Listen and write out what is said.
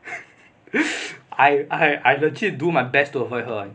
I I I legit do my best to avoid her [one]